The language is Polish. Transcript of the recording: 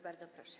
Bardzo proszę.